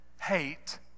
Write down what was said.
hate